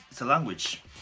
language